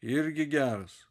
irgi geras